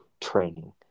training